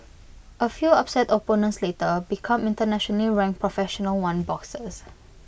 A few upset opponents later become internationally ranked professional one boxers